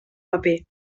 paper